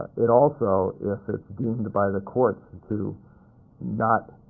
it also, if it's deemed by the courts and to not